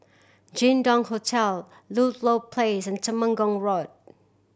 Jin Dong Hotel Ludlow Place and Temenggong Road